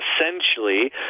essentially